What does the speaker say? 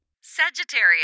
Sagittarius